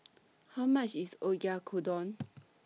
How much IS Oyakodon